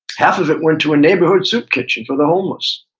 half of it went to a neighborhood soup kitchen for the homeless,